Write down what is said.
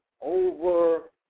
over